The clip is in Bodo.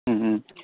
ओम ओम